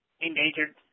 endangered